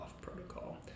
protocol